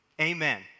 amen